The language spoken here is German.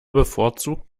bevorzugt